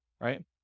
right